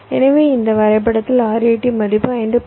எனவே இந்த வரைபடத்தில் RAT மதிப்பு 5